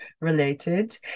related